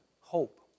hope